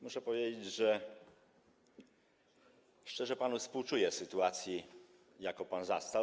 Muszę powiedzieć, że szczerze panu współczuję sytuacji, jaką pan zastał.